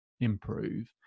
improve